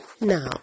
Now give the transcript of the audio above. Now